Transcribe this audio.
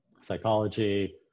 psychology